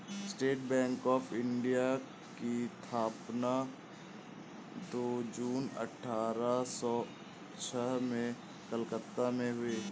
state Bank of India की स्थापना दो जून अठारह सो छह में कलकत्ता में हुई